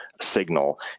signal